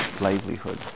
livelihood